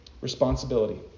responsibility